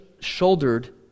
shouldered